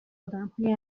آدمهای